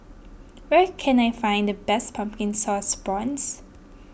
where can I find the best Pumpkin Sauce Prawns